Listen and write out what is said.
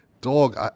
dog